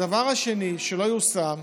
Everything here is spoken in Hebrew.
הדבר השני שלא יושם,